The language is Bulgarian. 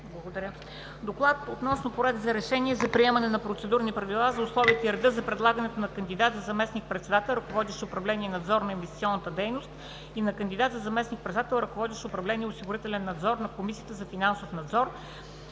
Благодаря Ви. „ДОКЛАД относно Проект на решение за приемане на процедурни правила за условията и реда за предлагането на кандидат за заместник-председател, ръководещ управление „Надзор на инвестиционната дейност”, и на кандидат за заместник-председател, ръководещ управление „Осигурителен надзор”, на Комисията за финансов надзор,